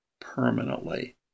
permanently